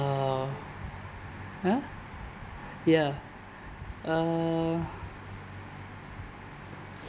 uh !huh! ya uh